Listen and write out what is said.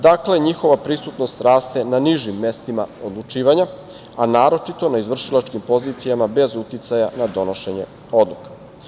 Dakle, njihova prisutnost raste na nižim mestima odlučivanja, a naročito na izvršilačkim pozicijama bez uticaja na donošenje odluka.